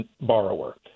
borrower